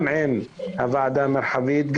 גם עם הוועדה המרחבית,